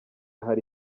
hari